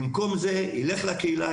במקום זה ילך לקהילה,